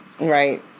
Right